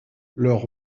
leur